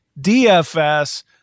DFS